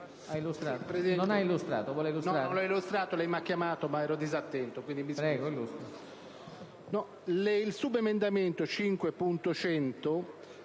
il subemendamento 5.100/1